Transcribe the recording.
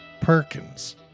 Perkins